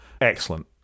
Excellent